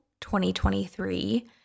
2023